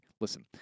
listen